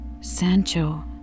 Sancho